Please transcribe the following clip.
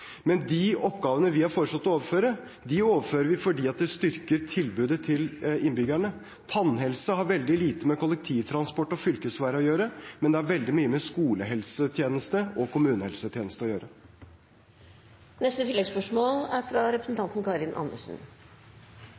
De oppgavene vi har foreslått å overføre, overfører vi fordi det styrker tilbudet til innbyggerne. Tannhelse har veldig lite med kollektivtransport og fylkesveier å gjøre, men det har veldig mye med skolehelsetjeneste og kommunehelsetjeneste å gjøre. Karin Andersen – til oppfølgingsspørsmål. Det er